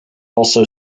also